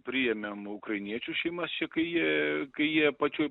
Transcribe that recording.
priėmėm ukrainiečių šeimas čia kai jie jie pačioj